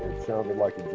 sounded like